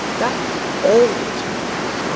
that always happens.